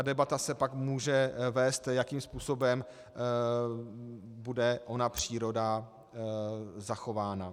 Debata se pak může vést, jakým způsobem bude ona příroda zachována.